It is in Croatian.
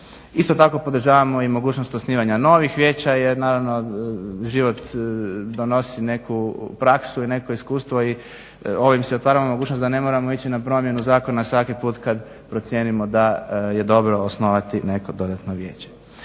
Isto tako podržavamo i mogućnost osnivanja novih vijeća jer naravno život donosi neku praksu i neko iskustvo i ovim se otvara mogućnost da ne moramo ići na promjenu zakona svaki put kad procijenimo da je dobro osnovati neko dodatno vijeće.